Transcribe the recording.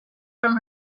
from